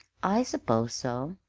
i suppose so,